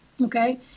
okay